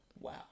wow